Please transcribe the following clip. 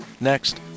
Next